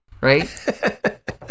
Right